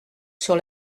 sur